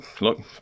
look